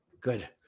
good